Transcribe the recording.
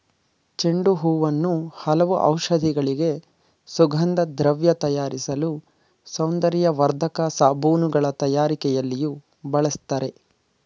ಚೆಂಡು ಹೂವನ್ನು ಹಲವು ಔಷಧಿಗಳಿಗೆ, ಸುಗಂಧದ್ರವ್ಯ ತಯಾರಿಸಲು, ಸೌಂದರ್ಯವರ್ಧಕ ಸಾಬೂನುಗಳ ತಯಾರಿಕೆಯಲ್ಲಿಯೂ ಬಳ್ಸತ್ತರೆ